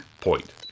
Point